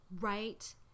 right